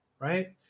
right